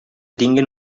tinguen